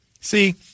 See